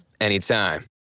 anytime